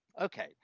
Okay